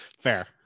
fair